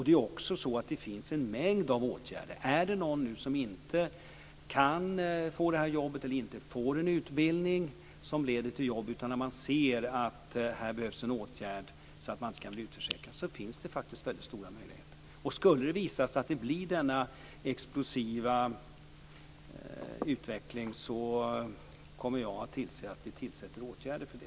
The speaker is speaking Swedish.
Det är också så att det finns en mängd åtgärder. Är det någon som inte kan få ett jobb eller en utbildning som leder till ett jobb utan att det behövs en åtgärd så att man inte skall bli utförsäkrad, så finns det faktiskt väldigt stora möjligheter. Skulle det visa sig att det blir denna explosiva utveckling så kommer jag att se till att vi sätter in åtgärder.